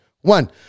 one